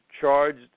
charged